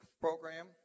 program